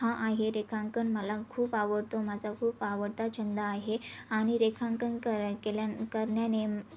हा आहे रेखांकन मला खूप आवडतो माझा खूप आवडता छंद आहे आणि रेखांकन कराय केल्या करण्याने